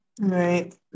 Right